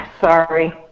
Sorry